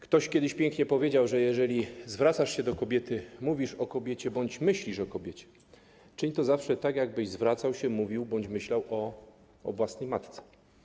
Ktoś kiedyś pięknie powiedział, że jeżeli zwracasz się do kobiety, mówisz o kobiecie bądź myślisz o kobiecie, czyń to zawsze tak, jakbyś zwracał się, mówił bądź myślał o własnej matce.